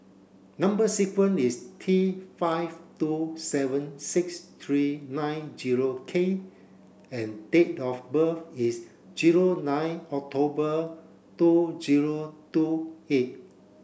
number sequence is T five two seven six three nine zero K and date of birth is zero nine October two zero two eight